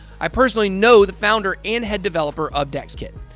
i personally know the founder and head developer of dexkit,